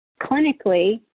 Clinically